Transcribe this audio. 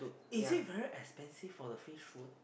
is it very expensive for the fish food